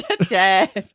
Jeff